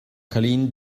cailín